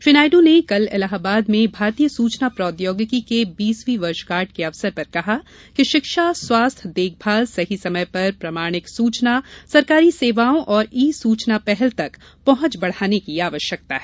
श्री नायडू ने कल इलाहाबाद में भारतीय सूचना प्रौद्योगिकी के बीसवीं वर्षगांठ के अवसर पर कहा कि शिक्षा स्वास्थ्य देखभाल सही समय पर प्रमाणिक सूचना सरकारी सेवाओं और ई सुचना पहल तक पहंच बढाने की आवश्यकता है